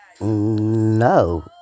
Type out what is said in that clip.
no